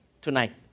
tonight